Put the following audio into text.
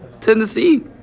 Tennessee